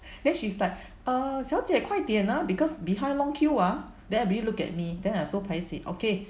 then she's like err 小姐快点 ah because behind long queue ah then everybody looked at me then I so paiseh okay